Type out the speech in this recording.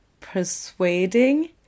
persuading